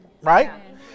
right